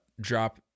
Drop